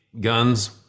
guns